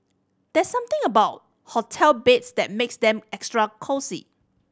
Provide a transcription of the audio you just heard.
there's something about hotel beds that makes them extra cosy